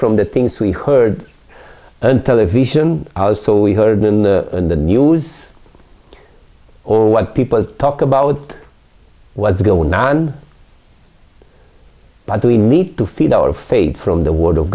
from the things we heard and television hours so we heard in the in the news or what people talk about was going on but we need to feed our faith from the word of